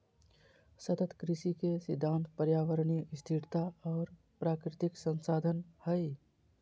सतत कृषि के सिद्धांत पर्यावरणीय स्थिरता और प्राकृतिक संसाधन हइ